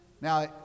Now